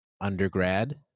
undergrad